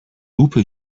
lupe